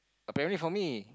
apparently for me